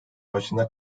başında